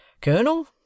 Colonel